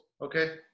okay